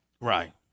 right